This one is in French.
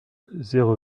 zéro